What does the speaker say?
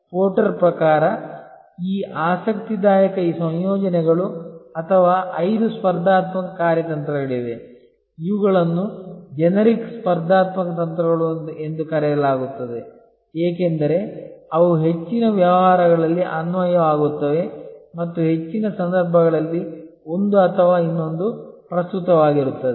Porter ಪ್ರಕಾರ ಈ ಆಸಕ್ತಿದಾಯಕ ಸಂಯೋಜನೆಗಳು ಅಥವಾ ಐದು ಸ್ಪರ್ಧಾತ್ಮಕ ಕಾರ್ಯತಂತ್ರಗಳಿವೆ ಇವುಗಳನ್ನು ಜೆನೆರಿಕ್ ಸ್ಪರ್ಧಾತ್ಮಕ ತಂತ್ರಗಳು ಎಂದು ಕರೆಯಲಾಗುತ್ತದೆ ಏಕೆಂದರೆ ಅವು ಹೆಚ್ಚಿನ ವ್ಯವಹಾರಗಳಲ್ಲಿ ಅನ್ವಯವಾಗುತ್ತವೆ ಮತ್ತು ಹೆಚ್ಚಿನ ಸಂದರ್ಭಗಳಲ್ಲಿ ಒಂದು ಅಥವಾ ಇನ್ನೊಂದು ಪ್ರಸ್ತುತವಾಗಿರುತ್ತದೆ